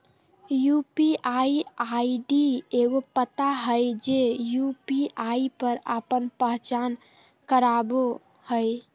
UPI ID एगो पता हइ जे यू.पी.आई पर आपन पहचान करावो हइ